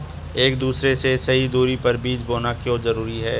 एक दूसरे से सही दूरी पर बीज बोना क्यों जरूरी है?